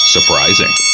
Surprising